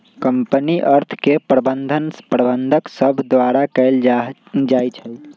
company अर्थ के प्रबंधन प्रबंधक सभ द्वारा कएल जाइ छइ